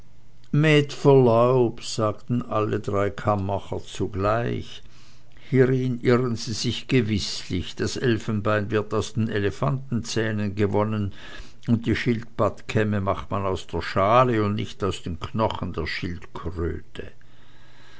sagten alle drei kammacher zugleich hierin irren sie sich gewißlich das elfenbein wird aus den elefantenzähnen gewonnen und die schildpattkämme macht man aus der schale und nicht aus den knochen der schildkröte